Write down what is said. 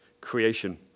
creation